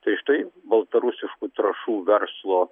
tai štai baltarusiškų trąšų verslo